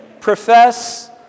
profess